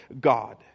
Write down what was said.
God